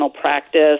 practice